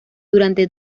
durante